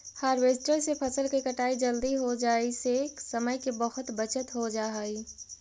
harvester से फसल के कटाई जल्दी हो जाई से समय के बहुत बचत हो जाऽ हई